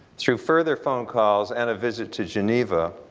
through further phone calls and a visit to geneva,